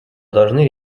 должны